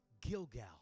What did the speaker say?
Gilgal